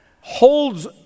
holds